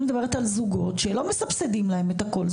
אני מדברת על זוגות שלא מסבסדים להם את הכל,